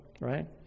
right